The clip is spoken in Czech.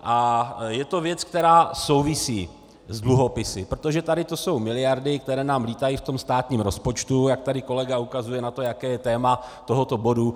A je to věc, která souvisí s dluhopisy, protože tady to jsou miliardy, které nám lítají ve státním rozpočtu, jak tady kolega ukazuje na to, jaké je téma tohoto bodu.